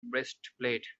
breastplate